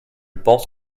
pense